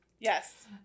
Yes